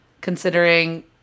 considering